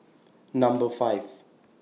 Number five